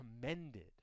commended